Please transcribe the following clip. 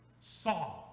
Saw